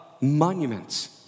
monuments